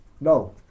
No